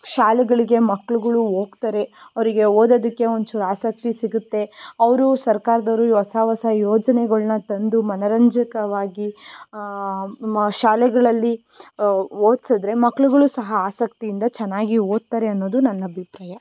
ಶಾಲೆಗಳಿಗೆ ಮಕ್ಳುಗಳು ಹೋಗ್ತಾರೆ ಅವರಿಗೆ ಓದೋದಕ್ಕೆ ಒಂಚೂರು ಆಸಕ್ತಿ ಸಿಗುತ್ತೆ ಅವರು ಸರ್ಕಾರ್ದವರು ಹೊಸ ಹೊಸ ಯೋಜನೆಗಳನ್ನು ತಂದು ಮನರಂಜಕವಾಗಿ ಮ ಶಾಲೆಗಳಲ್ಲಿ ಓದ್ಸಿದ್ರೆ ಮಕ್ಕಳುಗಳು ಸಹ ಆಸಕ್ತಿಯಿಂದ ಚೆನ್ನಾಗಿ ಓದ್ತಾರೆ ಅನ್ನೋದು ನನ್ನ ಅಭಿಪ್ರಾಯ